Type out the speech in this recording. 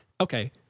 okay